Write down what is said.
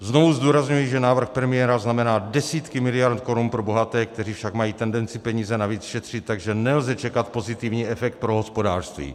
Znovu zdůrazňuji, že návrh premiéra znamená desítky miliard korun pro bohaté, kteří však mají tendenci peníze navíc šetřit, takže nelze čekat pozitivní efekt pro hospodářství.